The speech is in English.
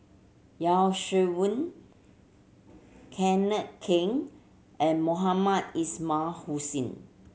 Yeo Shih Yun Kenneth Keng and Mohamed Ismail Hussain